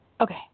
okay